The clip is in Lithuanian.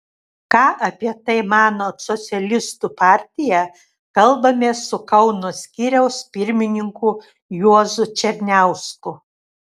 ką apie tai mano socialistų partija kalbamės su kauno skyriaus pirmininku juozu černiausku